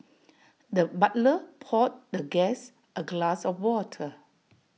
the butler poured the guest A glass of water